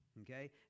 okay